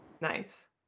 Nice